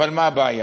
אבל מה הבעיה?